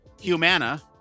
Humana